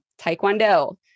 Taekwondo